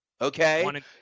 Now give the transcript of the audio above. okay